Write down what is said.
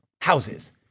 houses